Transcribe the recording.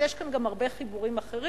אז יש פה גם הרבה חיבורים אחרים,